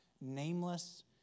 nameless